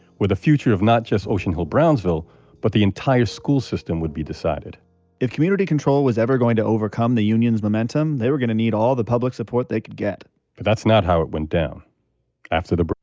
where the future of not just ocean hill-brownsville but the entire school system would be decided if community control was ever going to overcome the union's momentum, they were going to need all the public support they could get but that's not how it went down after the